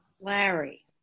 Larry